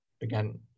again